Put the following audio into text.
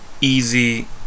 easy